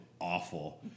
awful